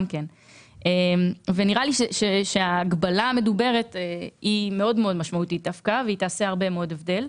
נראה לי שההגבלה המדוברת היא מאוד מאוד משמעותית ותעשה הבדל.